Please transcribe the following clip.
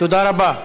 תודה רבה.